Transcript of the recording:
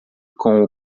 com